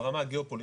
ברמה הגאופוליטית,